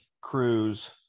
Cruz